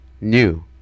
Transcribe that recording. new